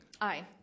Aye